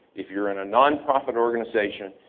if you're in a non-profit organization,